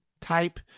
type